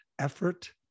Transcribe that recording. effort